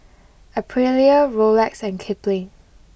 Aprilia Rolex and Kipling